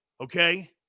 Okay